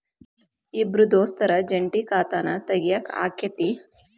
ಇಬ್ರ ದೋಸ್ತರ ಜಂಟಿ ಖಾತಾನ ತಗಿಯಾಕ್ ಆಕ್ಕೆತಿ?